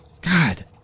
God